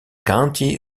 county